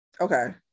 Okay